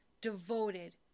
devoted